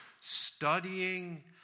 studying